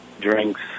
drinks